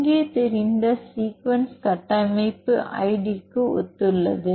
இங்கே தெரிந்த சீக்வென்ஸ் கட்டமைப்பு ஐடிக்கு ஒத்துள்ளது